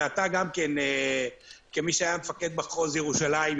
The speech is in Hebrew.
ואתה כמי שהיה מפקד מחוז ירושלים,